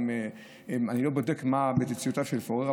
אני לא בודק בציציותיו של פורר,